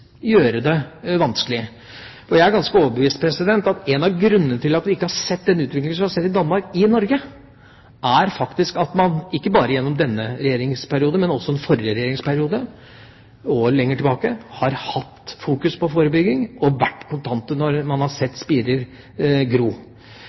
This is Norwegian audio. gjøre det vanskelig. Jeg er ganske overbevist om at en av grunnene til at vi ikke har sett en utvikling i Norge som den vi ser i Danmark, er at man ikke bare gjennom denne regjeringsperioden, men også den forrige regjeringsperioden og lenger tilbake, har hatt fokus på forebygging og vært kontante når vi har